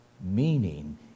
meaning